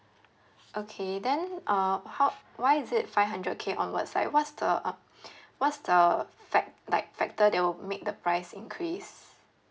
okay then uh how why is it five hundred k onwards like what's the uh what's the fact~ like factor that will make the price increase